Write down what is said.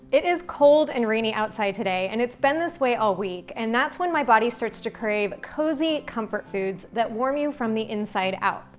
it is cold and rainy outside today and it's been this way all week. and that's when my body starts to crave cozy comfort foods that warm you from the inside out.